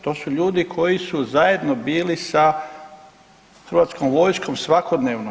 To su ljudi koji su zajedno bili sa hrvatskom vojskom svakodnevno.